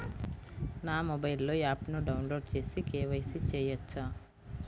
నా మొబైల్లో ఆప్ను డౌన్లోడ్ చేసి కే.వై.సి చేయచ్చా?